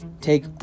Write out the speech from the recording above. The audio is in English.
Take